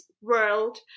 world